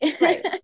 right